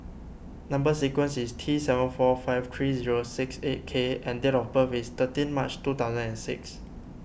Number Sequence is T seven four five three zero six eight K and date of birth is thirteen March two thousand and six